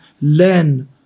learn